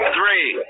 Three